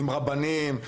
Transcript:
עם רבנים.